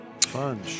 fun